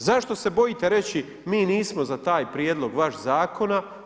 Zašto se bojite reći mi nismo za taj prijedlog vaš zakona?